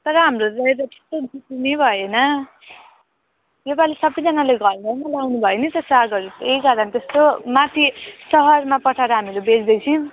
तर हाम्रोतिर त त्यस्तो बिक्री नै भएन योपालि सबैजनाले घर घरमा लाउनु भयो नि त सागहरू त्यही कारण त्यस्तो माथि सहरमा पठाएर हामीहरू बेच्दैथियौँ